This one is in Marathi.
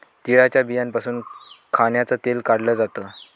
तिळाच्या बियांपासून खाण्याचं तेल काढल जात